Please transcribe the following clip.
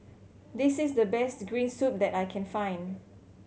this is the best green soup that I can find